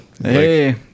Hey